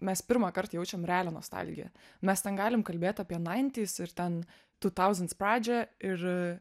mes pirmąkart jaučiam realią nostalgiją mes ten galim kalbėt apie naintys ir ten tu touzins pradžią ir